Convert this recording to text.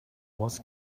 was